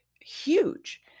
huge